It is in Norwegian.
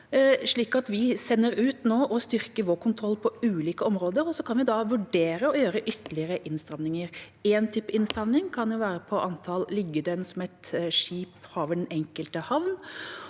Så vi sender nå ut og styrker vår kontroll på ulike områder, og så kan vi da vurdere å gjøre ytterligere innstramninger. Én type innstramning kan være på antallet liggedøgn som et skip har ved den enkelte havn,